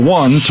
one